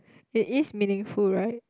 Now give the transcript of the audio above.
it is meaningful right